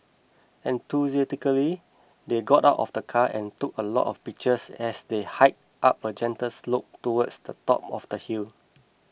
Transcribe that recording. enthusiastically they got out of the car and took a lot of pictures as they hiked up a gentle slope towards the top of the hill